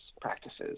practices